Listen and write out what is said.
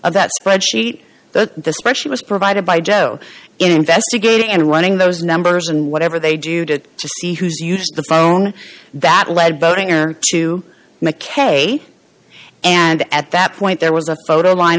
of that spreadsheet that the specialist provided by joe investigating and running those numbers and whatever they do to see who's used the phone that led voting or to make a and at that point there was a photo line